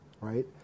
right